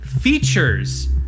features